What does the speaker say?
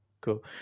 Cool